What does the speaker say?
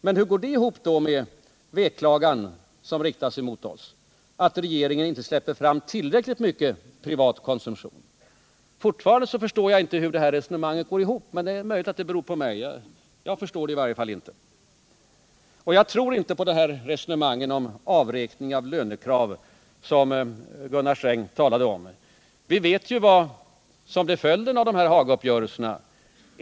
Men hur går det ihop med denna veklagan att regeringen inte släpper fram tillräckligt mycket privat konsumtion? Fortfarande förstår jag inte hur det här resonemanget går ihop, men det är möjligt att det beror på mig. Jag tror alltså inte på det resonemang om avräkning av lönekrav, som Gunnar Sträng räknade med. Vi vet ju vad som blev följden av Hagauppgörelserna.